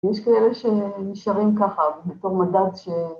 יש כאלה שנשארים ככה בתור מדעת ש...